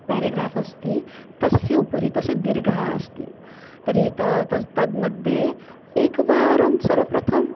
paragraph अस्ति तस्य उपरि तस्य दीर्घः अस्ति तर्हि तु तस्य तत् मध्ये एकवारं सर्वप्रथमं